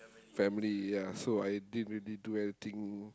family ya so I didn't really do anything